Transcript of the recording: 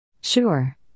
Sure